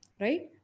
right